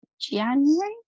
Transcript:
january